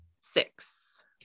six